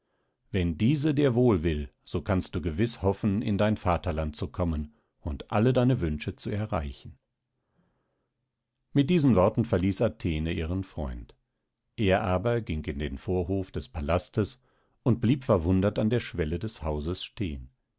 wenn diese dir wohl will so kannst du gewiß hoffen in dein vaterland zu kommen und alle deine wünsche zu erreichen mit diesen worten verließ athene ihren freund er aber ging in den vorhof des palastes und blieb verwundert an der schwelle des hauses stehen